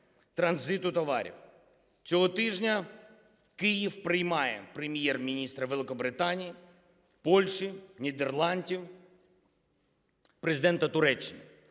транзиту товарів. Цього тижня Київ приймає Прем'єр-міністра Великобританії, Польщі, Нідерландів, Президента Туреччини.